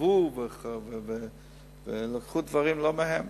גנבו ולקחו דברים לא להן.